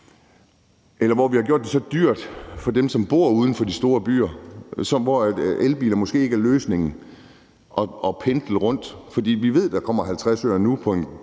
eller at vi har gjort det for dyrt for dem, der bor uden for de store byer, hvor elbiler måske ikke er løsningen til at pendle rundt i. For vi ved, at der kommer 50 øre ovenpå